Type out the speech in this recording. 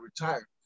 retire